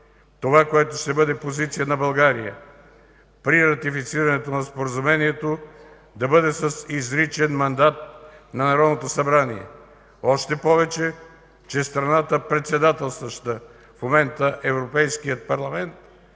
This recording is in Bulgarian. Това, което ще бъде позиция на България при ратифицирането на Споразумението, да бъде с изричен мандат на Народното събрание. Още повече, че страната, председателстваща в момента Европейския парламент,